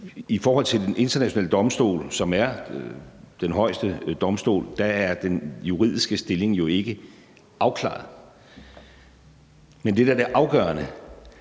i forhold til Den Internationale Domstol, som er den højeste domstol, er den juridiske stilling jo ikke afklaret, men det, der er det afgørende,